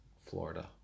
Florida